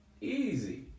easy